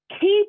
keep